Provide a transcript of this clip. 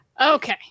Okay